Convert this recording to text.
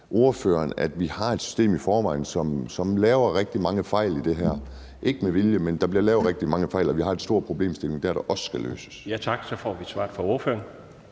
at vi har et system i forvejen, som laver rigtig mange fejl i det her, ikke med vilje, men at der bliver lavet rigtig mange fejl, og at vi har en stor problemstilling der, der også skal løses? Kl. 12:12 Den fg. formand